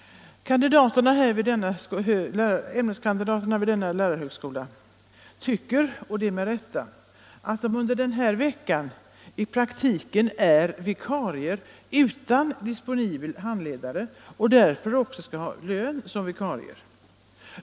Ämneslärarkandidaterna vid denna lärarhögskola tycker — och det med rätta — att de under den här veckan i praktiken är vikarier utan disponibel handledare och därför också borde ha lön som vikarier.